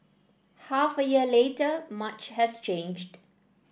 half a year later much has changed